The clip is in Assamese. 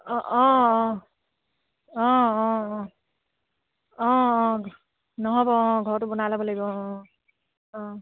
অঁ অঁ অঁ অঁ অঁ অঁ অঁ অঁ নহ'ব অঁ ঘৰটো বনাই ল'ব লাগিব অঁ অঁ